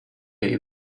baby